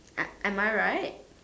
am I right